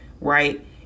right